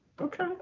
okay